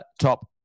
top